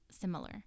similar